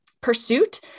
pursuit